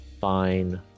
fine